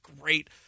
great